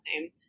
name